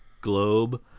globe